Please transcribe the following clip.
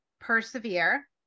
persevere